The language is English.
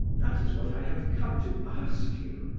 that is what i have come to ask you.